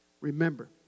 remember